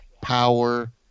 Power